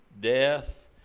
death